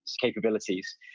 capabilities